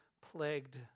plagued